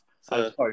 Sorry